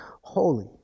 holy